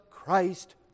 Christ